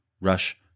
Rush